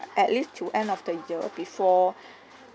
at least till end of the year before